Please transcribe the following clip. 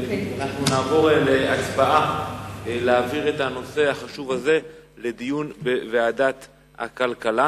אנחנו נעבור להצבעה אם להעביר את הנושא החשוב הזה לדיון בוועדת הכלכלה.